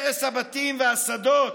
הרס הבתים והשדות